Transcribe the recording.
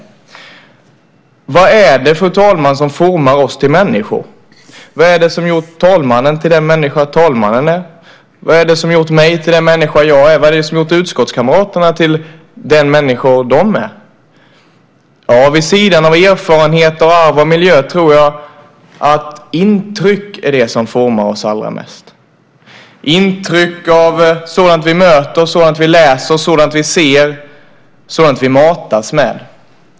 Vad är det, fru talman, som formar oss till människor? Vad är det som gjort talmannen till den människa talmannen är? Vad är det som gjort mig till den människa jag är? Vad är det som har gjort utskottskamraterna till de människor de är? Ja, vid sidan av erfarenheter, arv och miljö tror jag att intryck är det som formar oss allra mest - intryck av sådant vi möter, sådant vi läser, sådant vi ser och sådant vi matas med.